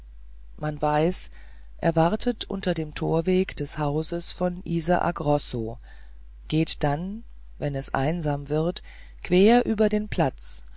man weiß er wartet unter dem torweg des hauses von isaak rosso geht dann wenn es einsam wird quer über den platz